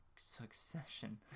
Succession